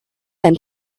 and